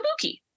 Kabuki